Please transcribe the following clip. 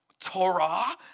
Torah